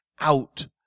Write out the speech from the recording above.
out